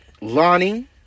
Lonnie